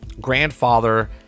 grandfather